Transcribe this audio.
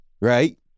Right